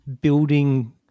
building